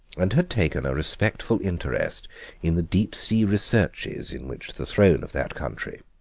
and had taken a respectful interest in the deep-sea researches in which the throne of that country,